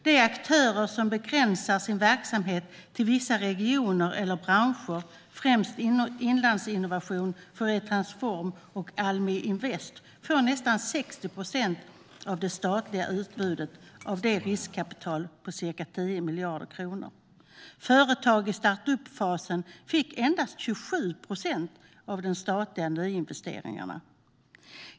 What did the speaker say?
De aktörer som begränsar sin verksamhet till vissa regioner eller branscher, främst Inlandsinnovation, Fouriertransform och Almi Invest, får nära 60 procent av det statliga utbudet av ett riskkapital på cirka 10 miljarder kronor. Företag i startup-fasen fick endast 27 procent av de statliga nyinvesteringarna.